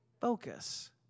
focus